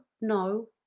no